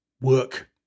work